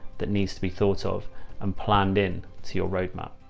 that needs to be thought of and planned in to your roadmap.